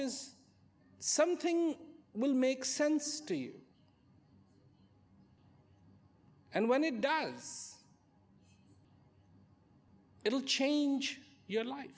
is something will make sense to you and when it does it will change your life